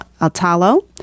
Altalo